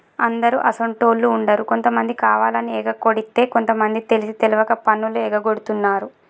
అందరు అసోంటోళ్ళు ఉండరు కొంతమంది కావాలని ఎగకొడితే కొంత మంది తెలిసి తెలవక పన్నులు ఎగగొడుతున్నారు